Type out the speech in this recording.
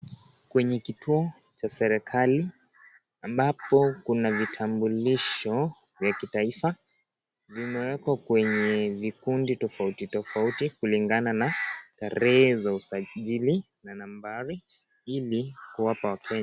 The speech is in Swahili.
Kwenye kituo cha serikali ambapo kuna vitambulisho vya kitaifa vimewekwa kwenye vikundi tofautitofauti kulingana na tarehe za usajili na nambari ili kuwapa wakenya.